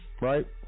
right